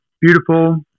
beautiful